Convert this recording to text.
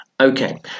Okay